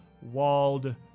walled